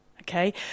okay